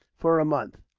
for a month,